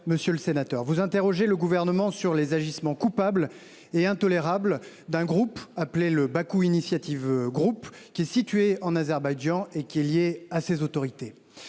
Monsieur le sénateur, vous interrogez le Gouvernement sur les agissements coupables et intolérables du Baku Initiative Group, qui est installé en Azerbaïdjan et lié aux autorités